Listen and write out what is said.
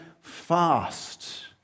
fast